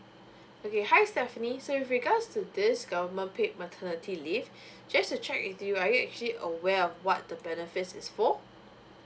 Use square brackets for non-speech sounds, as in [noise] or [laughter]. okay hi stephanie so with regards to this government paid maternity leave [breath] just to check with you are you actually aware of what the benefits is for